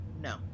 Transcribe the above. no